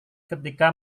ketika